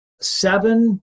seven